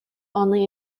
only